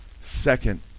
second